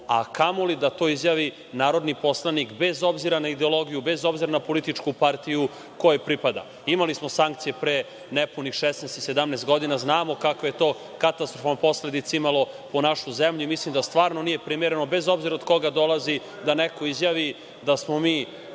a kamoli da to izjavi narodni poslanik, bez obzira na ideologiju, bez obzira na političku partiju kojoj pripada. Imali smo sankcije pre nepunih 16 i 17 godina, znamo kakve je to katastrofalne posledice imalo po našu zemlju i mislim da stvarno nije primereno, bez obzira od koga dolazi, da neko izjavi da smo mi,